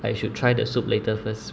I should try the soup later first